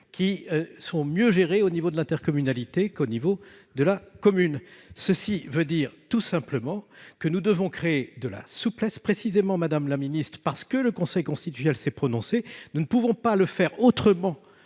qui sont mieux gérées à son niveau qu'au niveau communal. Cela signifie, tout simplement, que nous devons créer de la souplesse. Précisément, madame la ministre, parce que le Conseil constitutionnel s'est prononcé, nous ne pouvons pas le faire autrement